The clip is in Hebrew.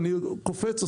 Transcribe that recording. הוא קופץ,